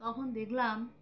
তখন দেখলাম